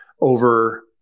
over